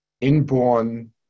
inborn